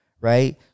Right